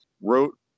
wrote